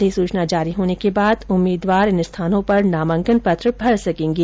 अधिसूचना जारी होने के बाद उम्मीदवार इन स्थानों पर नामांकन पत्र भर सकेंगे